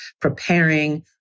preparing